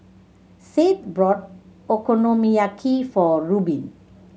Seth brought Okonomiyaki for Rubin